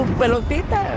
pelotita